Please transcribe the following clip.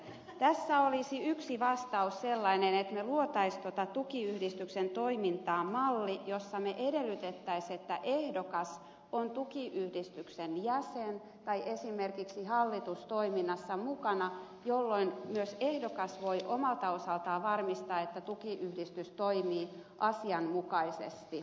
tähän olisi yksi sellainen vastaus että me loisimme tukiyhdistyksen toimintaan mallin jossa me edellyttäisimme että ehdokas on tukiyhdistyksen jäsen tai esimerkiksi hallitustoiminnassa mukana jolloin myös ehdokas voi omalta osaltaan varmistaa että tukiyhdistys toimii asianmukaisesti